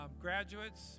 Graduates